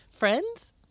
Friends